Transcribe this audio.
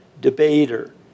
debater